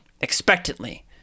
expectantly